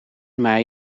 mei